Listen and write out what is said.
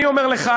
אני אומר לך,